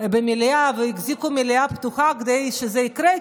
במליאה והחזיקו את המליאה פתוחה כדי שזה יקרה,